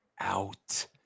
out